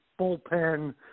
bullpen